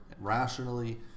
rationally